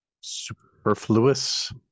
Superfluous